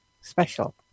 special